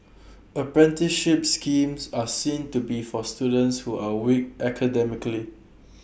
apprenticeship schemes are seen to be for students who are weak academically